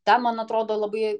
tą man atrodo labai